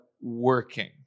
working